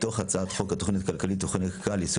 מתוך הצעת חוק התכנית הכלכלית (תיקוני חקיקה ליישום